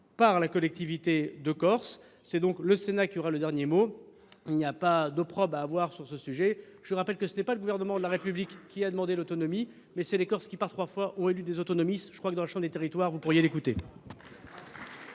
Corse à définir les normes. C’est donc le Sénat qui aura le dernier mot. Il n’y a pas d’opprobre à jeter sur ce sujet. Je rappelle que ce n’est pas le Gouvernement de la République qui a demandé l’autonomie, mais que ce sont les Corses qui, par trois fois, ont élu des autonomistes. Au sein de la chambre des territoires, vous pourriez l’entendre